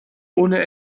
ohne